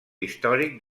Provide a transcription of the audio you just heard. històric